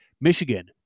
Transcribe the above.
Michigan